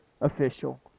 official